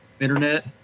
internet